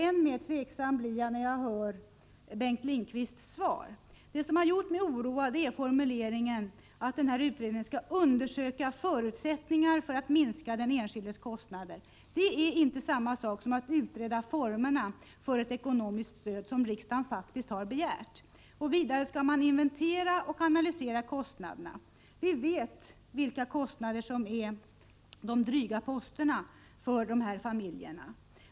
Ännu mer tveksam blir jag när jag hör statsrådet Bengt Lindqvists svar. Det som gjort mig oroad är formuleringen att utredningen skall ”undersöka förutsättningarna för att minska den enskildes kostnader ——-”. Det är inte samma sak som att utreda formerna för ett ekonomiskt stöd som riksdagen faktiskt har begärt. Vidare skall man inventera och analysera kostnaderna. Vi vet vilka kostnader det är som är de stora posterna för familjerna.